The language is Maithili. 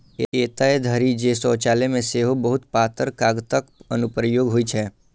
एतय धरि जे शौचालय मे सेहो बहुत पातर कागतक अनुप्रयोग होइ छै